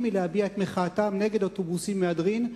להביע את מחאתם נגד אוטובוסי מהדרין.